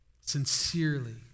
sincerely